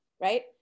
Right